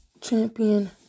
champion